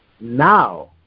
Now